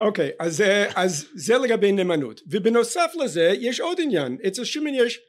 אוקיי אז זה לגבי נאמנות ובנוסף לזה יש עוד עניין אצל שימון יש